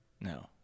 No